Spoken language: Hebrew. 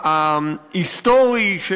ההיסטורי של,